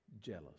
Jealous